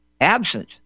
absent